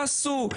תעשו,